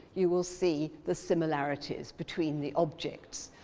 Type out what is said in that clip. you will see the similarities between the objects.